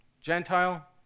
Gentile